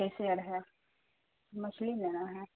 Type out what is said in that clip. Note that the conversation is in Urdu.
کیسے آڑ ہے مچھلی لینا ہے